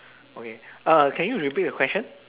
okay uh can you repeat your question